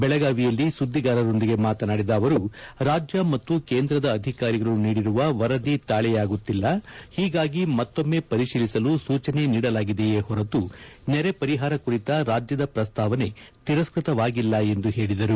ಬೆಳಗಾವಿಯಲ್ಲಿ ಸುದ್ದಿಗಾರರೊಂದಿಗೆ ಮಾತನಾದಿದ ಅವರು ರಾಜ್ಯ ಮತ್ತು ಕೇಂದ್ರದ ಅಧಿಕಾರಿಗಳು ನೀಡಿರುವ ವರದಿ ತಾಳೆಯಾಗುತ್ತಿಲ್ಲ ಹೀಗಾಗಿ ಮತ್ತೊಮ್ಮೆ ಪರಿಶೀಲಿಸಲು ಸೂಚನೆ ನೀಡಲಾಗಿದೆಯೇ ಹೊರತು ನೆರೆ ಪರಿಹಾರ ಕುರಿತ ರಾಜ್ಯದ ಪ್ರಸ್ತಾವನೆ ತಿರಸ್ಕ ತವಾಗಿಲ್ಲ ಎಂದು ಹೇಳಿದರು